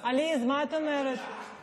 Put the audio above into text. הינה, היא הגיעה.